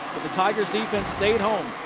the tigers defense stayed home.